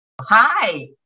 Hi